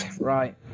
Right